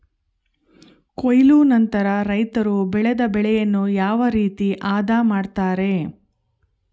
ಕೊಯ್ಲು ನಂತರ ರೈತರು ಬೆಳೆದ ಬೆಳೆಯನ್ನು ಯಾವ ರೇತಿ ಆದ ಮಾಡ್ತಾರೆ?